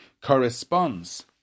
corresponds